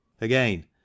Again